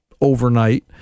overnight